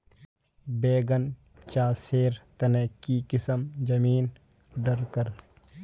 बैगन चासेर तने की किसम जमीन डरकर?